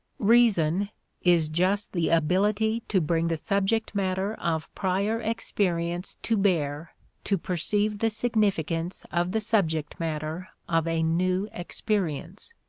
reason is just the ability to bring the subject matter of prior experience to bear to perceive the significance of the subject matter of a new experience.